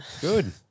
Good